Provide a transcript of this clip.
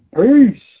Peace